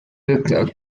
the